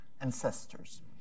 ancestors